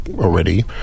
already